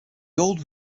old